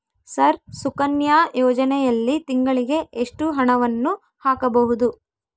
Sir Sukanya ಯೋಜನೆಯಲ್ಲಿ ತಿಂಗಳಿಗೆ ಎಷ್ಟು ಹಣವನ್ನು ಹಾಕಬಹುದು?